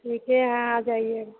ठीके है आ जाइएगा